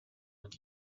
what